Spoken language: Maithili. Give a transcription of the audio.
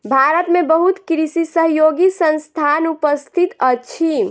भारत में बहुत कृषि सहयोगी संस्थान उपस्थित अछि